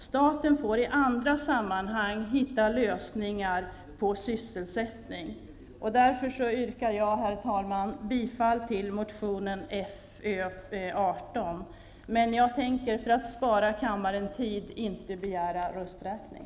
Staten får i andra sammanhang hitta lösningar på sysselsättningsproblemen. Herr talman! Jag yrkar därför bifall till motion Fö18, men jag tänker för att spara kammarens tid inte begära rösträkning.